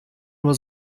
nur